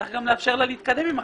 צריך לאפשר לה להתקדם אתה.